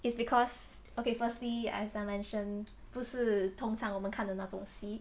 it's because okay firstly as I mention 不是通常我们看的那种戏